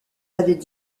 avaient